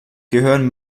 gehören